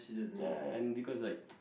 ya and because like